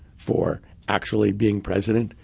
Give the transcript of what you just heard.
for actually being president.